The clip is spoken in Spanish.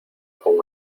con